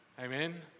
Amen